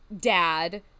dad